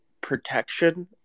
protection